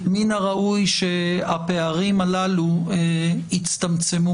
מן הראוי שהפערים הללו יצטמצמו.